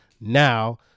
now